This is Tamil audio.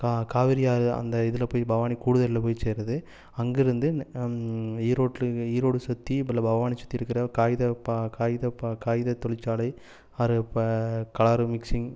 காவேரி ஆறு அந்த இதில் போய் பவானி கூடுவேரியில் போய் சேருது அங்கேருந்து ஈரோட்டுக்கு ஈரோடு சுற்றி இல்லை பவானி சுற்றி இருக்கிற காகித காகித காகித தொழிற்சாலை இப்போ கலரு மிக்ஸிங்